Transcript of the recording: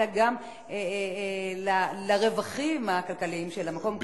אלא גם לרווחים הכלכליים של המקום.